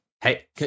Hey